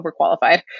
overqualified